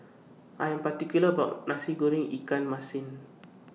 I Am particular about My Nasi Goreng Ikan Masin